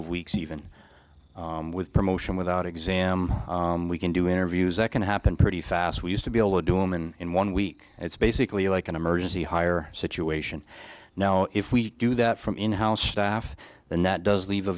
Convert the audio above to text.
of weeks even with promotion without exam we can do interviews that can happen pretty fast we used to be able to do and in one week it's basically like an emergency hire situation now if we do that from in house staff and that does leave a